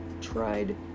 tried